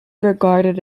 regarded